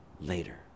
later